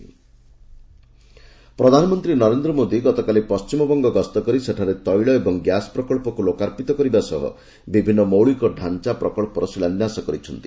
PM WB ପ୍ରଧାନମନ୍ତ୍ରୀ ନରେନ୍ଦ୍ର ମୋଦି ଗତକାଲି ପଶ୍ଚିମବଙ୍ଗ ଗସ୍ତ କରି ସେଠାରେ ତେଳ ଓ ଗ୍ୟାସ ପ୍ରକଳ୍ପକୁ ଲୋକାର୍ପିତ କରିବା ସହ ବିଭିନ୍ନ ମୌଳିକ ଢାଞ୍ଚା ପ୍ରକଳ୍ପର ଶିଳାନ୍ୟାସ କରିଛନ୍ତି